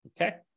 Okay